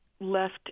left